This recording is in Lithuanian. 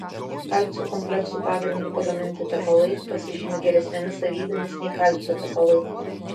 kalcio kompleksų pagrindu pagaminti tepalai pasižymi geresnėmis savybėmis nei kalcio tepalai